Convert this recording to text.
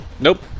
nope